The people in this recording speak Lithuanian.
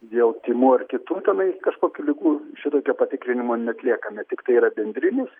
dėl tymų ar kitų tenais kažkokių ligų šitokio patikrinimo neatliekame tiktai yra bendrinis